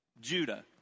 Judah